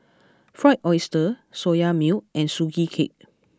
Fried Oyster Soya Milk and Sugee Cake